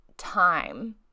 time